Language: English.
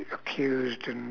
accused and